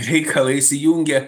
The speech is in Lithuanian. reikalą įsijungė